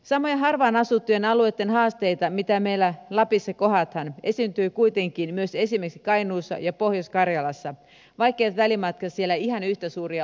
samoja harvaan asuttujen alueitten haasteita mitä meillä lapissa kohdataan esiintyy kuitenkin myös esimerkiksi kainuussa ja pohjois karjalassa vaikkeivät välimatkat siellä ihan yhtä suuria olekaan